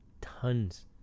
tons